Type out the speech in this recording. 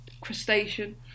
crustacean